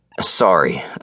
Sorry